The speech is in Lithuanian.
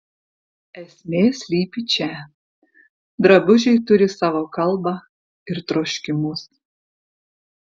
esmė slypi čia drabužiai turi savo kalbą ir troškimus